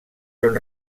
són